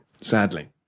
Sadly